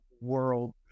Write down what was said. world